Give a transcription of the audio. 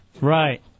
Right